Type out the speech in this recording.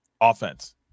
offense